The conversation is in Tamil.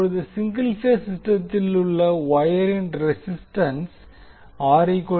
இப்போது சிங்கிள் பேஸ் சிஸ்டத்திலுள்ள வொயரின் ரெசிஸ்டன்ஸ் ஆகும்